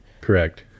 Correct